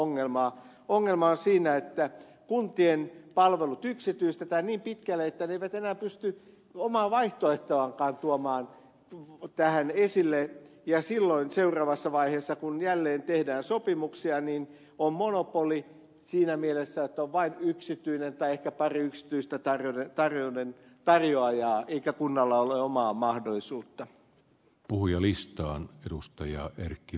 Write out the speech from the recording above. ongelma on siinä että kuntien palvelut yksityistetään niin pitkälle että ne eivät enää pysty omaa vaihtoehtoaankaan tuomaan esille ja silloin seuraavassa vaiheessa kun jälleen tehdään sopimuksia on monopoli siinä mielessä että on vain yksityinen tarjoaja tai ehkä pari yksityistä tarjoajaa eikä kunnalla ole omaa mahdollisuutta puhujalistaan edustaja erkki